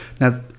Now